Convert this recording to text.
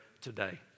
today